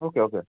okay okay